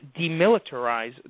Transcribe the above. demilitarize